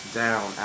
down